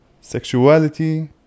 Sexuality